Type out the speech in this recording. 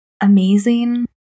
amazing